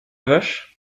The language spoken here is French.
vache